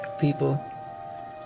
People